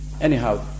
Anyhow